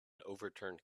overturned